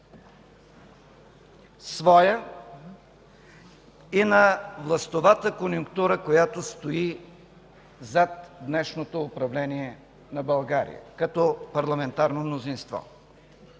своя и на властовата конюнктура, която стои зад днешното управление на България като парламентарно мнозинство.